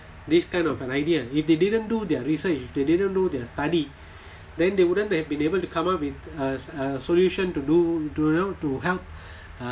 this kind of an idea if they didn't do their research if they didn't do their study then they wouldn't have been able to come up with a a solution to do to you know to help uh